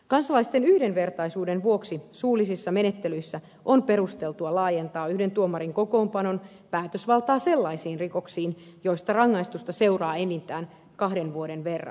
kansalaisten yhdenvertaisuuden vuoksi suullisissa menettelyissä on perusteltua laajentaa yhden tuomarin kokoonpanon päätösvaltaa sellaisiin rikoksiin joista rangaistusta seuraa enintään kahden vuoden verran